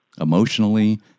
emotionally